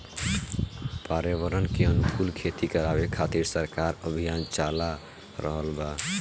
पर्यावरण के अनुकूल खेती करावे खातिर सरकार अभियान चाला रहल बा